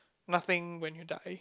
nothing when you die